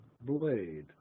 blade